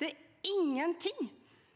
Det er ingenting